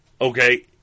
Okay